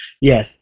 Yes